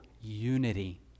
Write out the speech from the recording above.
unity